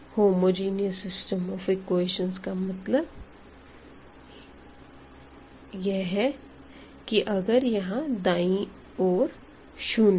homogeneous system का मतलब यह की अगर यह दायीं ओर 0 है